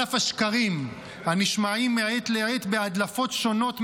על אף השקרים הנשמעים מעת לעת בהדלפות שונות,